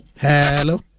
Hello